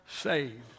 saved